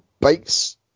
bites